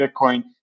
Bitcoin